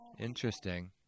Interesting